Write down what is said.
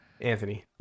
Anthony